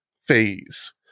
Phase